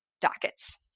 dockets